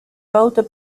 boulder